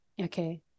okay